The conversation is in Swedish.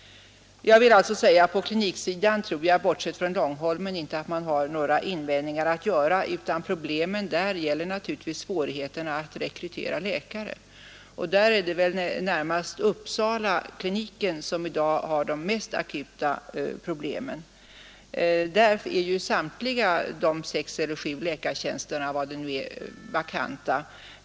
Jag vill säga att jag tror att man på kliniksidan, bortsett från Långholmen, inte har några invändningar att göra, utan att problemen där naturligtvis i första hand gäller svårigheterna att rekrytera läkare. Därvidlag är det väl närmast Uppsalakliniken som i dag har de mest akuta problemen; där är ju samtliga läkartjänster — sex eller sju eller hur många det kan vara — vakanta.